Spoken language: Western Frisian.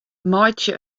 meitsje